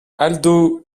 aldo